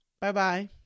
Bye-bye